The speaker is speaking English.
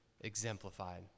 exemplified